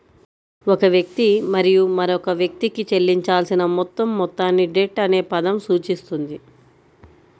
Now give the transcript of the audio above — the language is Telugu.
ఒక వ్యక్తి మరియు మరొక వ్యక్తికి చెల్లించాల్సిన మొత్తం మొత్తాన్ని డెట్ అనే పదం సూచిస్తుంది